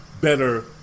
better